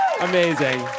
Amazing